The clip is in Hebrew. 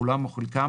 כולם או חלקם,